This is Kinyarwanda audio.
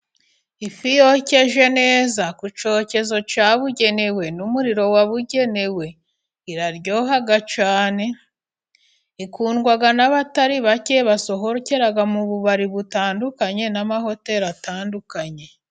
Ifi yokeje neza ku cyokezo cyabugenewe n'umuriro wabugenewe, iraryoha cyane. Ikundwa n'abatari bake basohokera mu bubari butandukanye, n'amahoteli atandukanye.